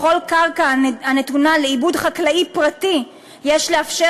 בכל קרקע הנתונה לעיבוד חקלאי פרטי יש לאפשר